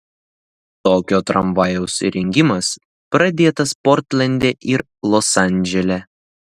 tokio tramvajaus įrengimas pradėtas portlende ir los andžele